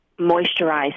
moisturized